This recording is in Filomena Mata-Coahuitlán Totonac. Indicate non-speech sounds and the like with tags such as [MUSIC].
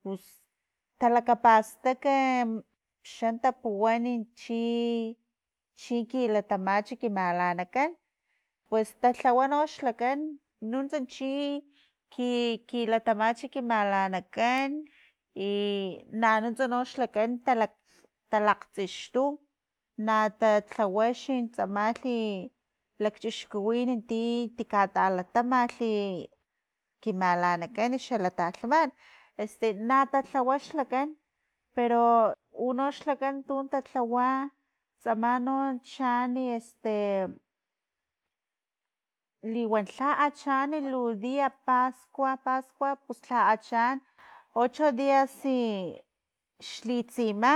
ipus talakapastak [HESITATION] xan tapuwani chi- chi kilatamach ki malanakan pues talhawa noxlakan nuntsa chi ki- kilatamach ki malanakan inanuntsa xlakan talakgtsaxtu natatlawa xlakan tsamalhi lakchixkuwin ti- ti katalatamalhi ki malanakan xalak talhman este na tatlawa xlakan pero unox lakan tuno tatlawa tsama no chaani [HESITATION] liwan lha achaan lhalu dia paskua paskua pues lha achaan ocho dias i xlitsima.